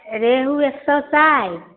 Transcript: रेहु एक सए साठि